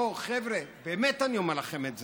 בואו, חבר'ה, באמת אני אומר לכם את זה,